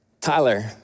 Tyler